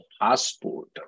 passport